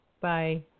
Bye